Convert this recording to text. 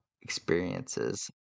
experiences